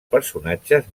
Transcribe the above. personatges